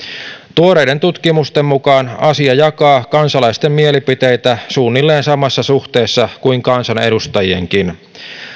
tuoreiden tutkimusten mukaan asia jakaa kansalaisten mielipiteitä suunnilleen samassa suhteessa kuin kansanedustajienkin